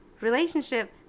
Relationship